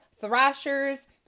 thrashers